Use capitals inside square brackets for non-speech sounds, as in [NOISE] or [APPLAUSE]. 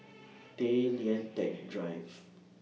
[NOISE] Tay Lian Teck Drive